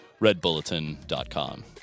redbulletin.com